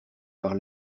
par